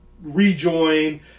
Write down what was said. rejoin